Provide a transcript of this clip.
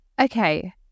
Okay